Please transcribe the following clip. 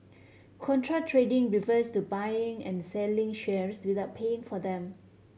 contra trading refers to buying and selling shares without paying for them